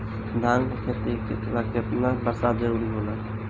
धान के खेती ला केतना बरसात जरूरी होला?